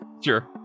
sure